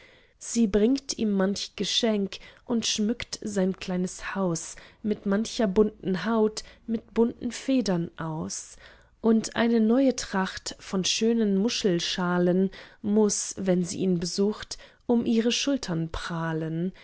sie bringt ihm manch geschenk und schmückt sein kleines haus mit mancher bunten haut mit bunten federn aus und eine neue tracht von schönen muschelschalen muß wenn sie ihn besucht um ihre schultern prahlen